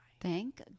Thank